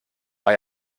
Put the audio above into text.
war